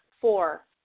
Four